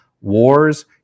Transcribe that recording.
wars